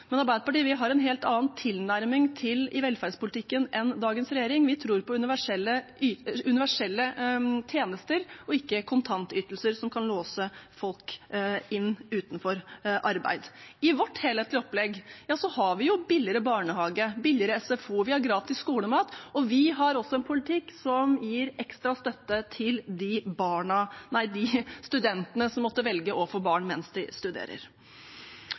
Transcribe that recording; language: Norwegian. Men Arbeiderpartiet har en helt annen tilnærming i velferdspolitikken enn dagens regjering. Vi tror på universelle tjenester, ikke kontantytelser som kan låse folk inne – utenfor arbeid. I vårt helhetlige opplegg har vi billigere barnehage, billigere SFO og gratis skolemat, og vi har også en politikk som gir ekstra støtte til de studentene som måtte velge å få barn mens de studerer.